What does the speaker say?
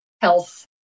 Health